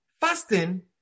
fasting